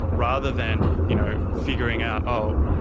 rather than you know figuring out, oh,